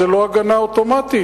וזו לא הגנה אוטומטית.